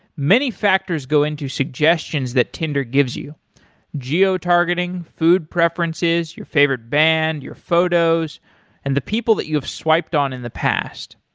many factors go into suggestions that tinder gives you geo-targeting, food preferences, your favorite band, your photos and the people that you have swiped on in the past.